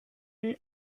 and